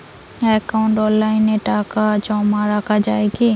একাউন্টে অনলাইনে টাকা জমা রাখা য়ায় কি?